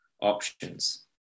options